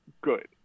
good